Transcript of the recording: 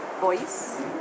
voice